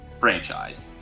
franchise